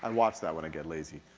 and watch that when i get lazy.